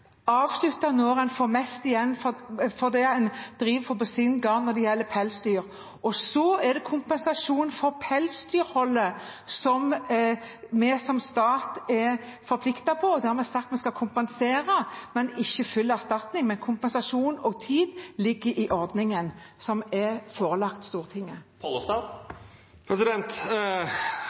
avslutte når man får mest igjen for det man driver på sin gård når det gjelder pelsdyr, og så er det kompensasjon for pelsdyrholdet som vi som stat er forpliktet på. Det har vi sagt vi skal kompensere, men ikke full erstatning. Men kompensasjon og tid ligger i ordningen som er forelagt Stortinget.